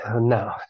no